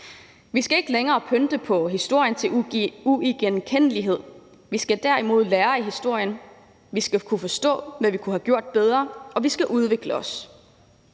Vi skal ikke længere pynte på historien til uigenkendelighed. Vi skal derimod lære af historien. Vi skal kunne forstå, hvad vi kunne have gjort bedre, og vi skal udvikle os.